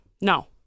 No